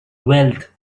wealth